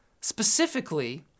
Specifically